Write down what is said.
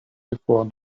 before